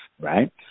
right